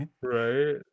Right